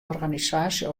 organisaasje